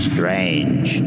Strange